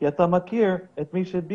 כי אתה מכיר את מי שהדביק אותך בעבודה.